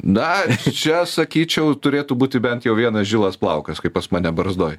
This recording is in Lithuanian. na čia sakyčiau turėtų būti bent jau vienas žilas plaukas kaip pas mane barzdoj